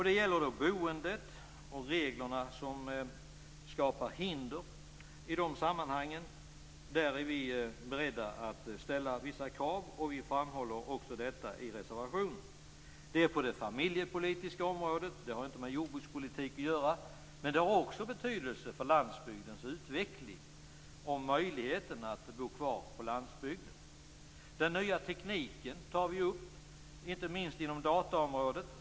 Det gäller boendet och de regler som skapar hinder i dessa sammanhang. Där är vi beredda att ställa vissa krav, vilket vi också framhåller i reservationen. Det gäller det familjepolitiska området - det har inte med jordbrukspolitik att göra - som också har betydelse för landsbygdens utveckling och möjligheterna att bo kvar på landsbygden. Vi tar upp den nya tekniken, inte minst inom dataområdet.